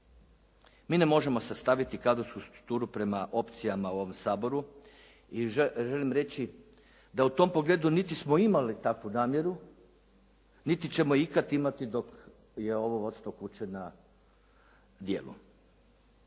Mi ne možemo sastaviti kadrovsku strukturu prema opcijama u ovom Saboru i želim reći da u tom pogledu niti smo imali takvu namjeru niti ćemo ikad imati dok je ovo vodstvo kuće na djelu.